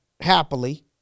happily